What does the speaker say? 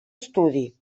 estudi